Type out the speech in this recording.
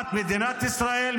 מדינת ישראל,